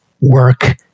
work